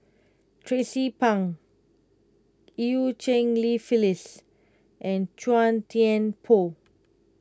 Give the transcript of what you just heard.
Tracie Pang Eu Cheng Li Phyllis and Chua Thian Poh